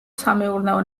სამეურნეო